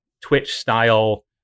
Twitch-style